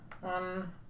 One